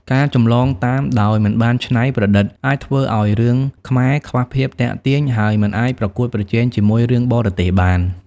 ការចម្លងតាមដោយមិនបានច្នៃប្រឌិត អាចធ្វើឲ្យរឿងខ្មែរខ្វះភាពទាក់ទាញ ហើយមិនអាចប្រកួតប្រជែងជាមួយរឿងបរទេសបាន។